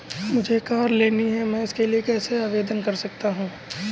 मुझे कार लेनी है मैं इसके लिए कैसे आवेदन कर सकता हूँ?